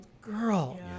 girl